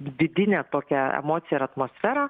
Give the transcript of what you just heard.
vidinę tokią emociją ir atmosferą